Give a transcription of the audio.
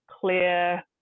clear